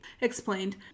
Explained